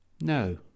No